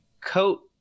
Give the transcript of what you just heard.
coat